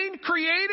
created